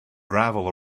gravel